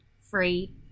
free